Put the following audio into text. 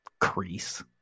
crease